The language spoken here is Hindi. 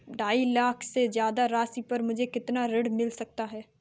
ढाई लाख से ज्यादा राशि पर मुझे कितना ऋण मिल सकता है?